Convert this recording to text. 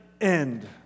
end